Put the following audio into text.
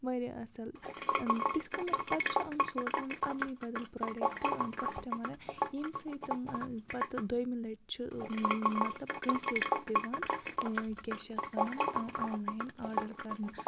واریاہ اَصٕل تِتھ کَمَتھ پَتہٕ چھِ یِم سوزان اَلے بَدَل پرٛوڈَٮ۪کٹ کَسٹَمَرَن ییٚمہِ سۭتۍ تِم پَتہٕ دوٚیِمہِ لَٹہِ چھِ مطلب کٲنٛسے تہِ دِوان کیٛاہ چھِ اَتھ وَنَن آنلایَن آرڈَر کَرنہٕ